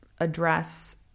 address